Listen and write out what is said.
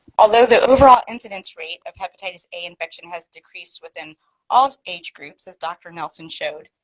although the overall incidence rate of hepatitis a infection has decreased within all age groups as dr. nelson showed,